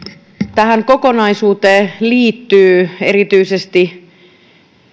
tähän kokonaisuuteen liittyy erityisesti